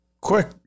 quick